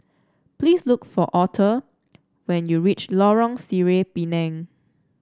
please look for Author when you reach Lorong Sireh Pinang